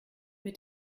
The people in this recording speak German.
mit